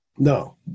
no